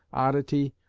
oddity,